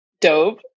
dope